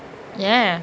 ya